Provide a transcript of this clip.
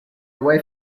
away